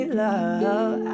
love